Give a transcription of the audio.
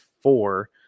Four